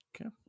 Okay